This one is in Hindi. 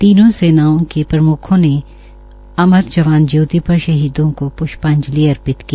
तीनों सेनाओं के प्रम्खों ने अमर जवान ज्योति पर शहीदों को प्ष्पाजंलि अर्पित की